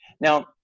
Now